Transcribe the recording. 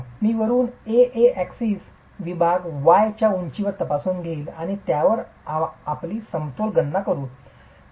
मी वरून A A विभाग 'Y' च्या उंचीवर तपासून घेईन आणि त्यावर आमची समतोल गणना करू